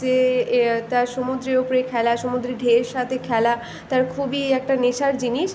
যে এ তার সমুদ্রের ওপরে খেলা সমুদ্রের ঢেউয়ের সাথে খেলা তার খুবই একটা নেশার জিনিস